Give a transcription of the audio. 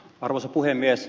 arvoisa puhemies